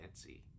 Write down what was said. Etsy